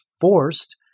forced